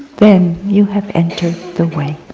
then, you have entered the way.